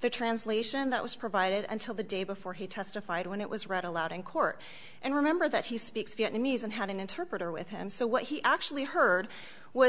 the translation that was provided until the day before he testified when it was read aloud in court and remember that he speaks vietnamese and had an interpreter with him so what he actually heard was